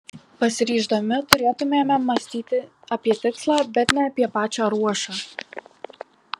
pasiryždami turėtumėme mąstyti apie tikslą bet ne apie pačią ruošą